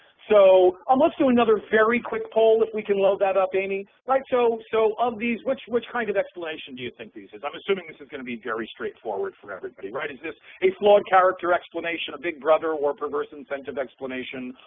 so um let's do another very quick poll, if we can load that up, amy. like so so of these, which which kind of explanation do you think these i'm assuming this is going to be very straightforward for everybody, right? is this a flawed character explanation, a big brother or perverse incentive explanation,